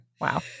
wow